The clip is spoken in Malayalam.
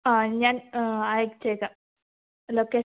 ആ അത് ഞാൻ അയച്ചേക്കാം